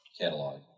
catalog